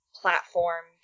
platform